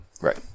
Right